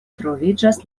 troviĝas